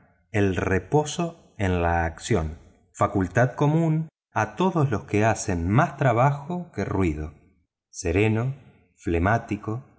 el reposo en la acción facultad común a todos los que hacen más trabajo que ruido sereno flemático